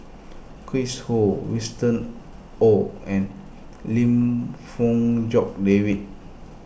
Chris Ho Winston Oh and Lim Fong Jock David